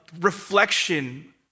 reflection